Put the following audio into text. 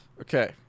Okay